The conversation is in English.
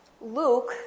Luke